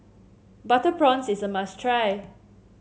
Butter Prawns is a must try